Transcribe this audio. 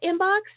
inbox